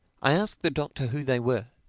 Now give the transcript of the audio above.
i asked the doctor who they were.